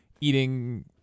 eating